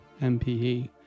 MPE